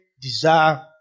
desire